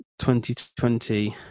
2020